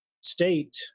state